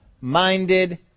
minded